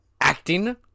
acting